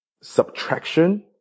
subtraction